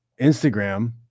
Instagram